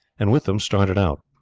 and with them started out.